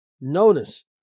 Notice